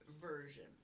Version